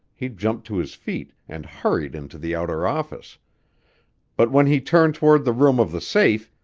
he jumped to his feet and hurried into the outer office but when he turned toward the room of the safe,